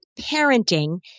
parenting